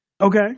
Okay